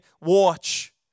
watch